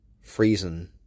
freezing